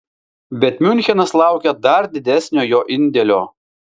bet miunchenas laukia dar didesnio jo indėlio